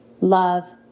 love